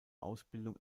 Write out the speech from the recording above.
ausbildung